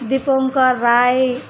Dipankar Rai